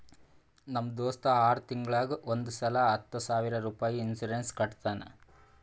ನಮ್ ದೋಸ್ತ ಆರ್ ತಿಂಗೂಳಿಗ್ ಒಂದ್ ಸಲಾ ಹತ್ತ ಸಾವಿರ ರುಪಾಯಿ ಇನ್ಸೂರೆನ್ಸ್ ಕಟ್ಟತಾನ